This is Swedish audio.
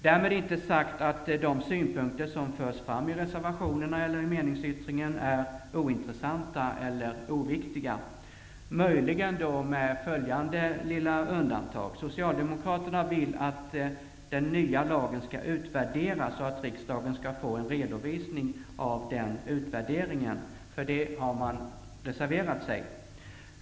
Därmed inte sagt att de synpunkter som förs fram i reservationerna eller i meningsyttringen är ointressanta eller oviktiga -- möjligen med följande lilla undantag: Socialdemokraterna vill att den nya lagen skall utvärderas och att riksdagen skall få en redovisning av den utvärderingen. För detta har man reserverat sig.